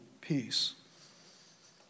peace